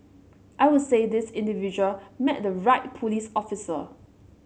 I would say this individual met the right police officer